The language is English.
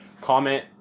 comment